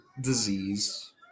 disease